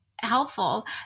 helpful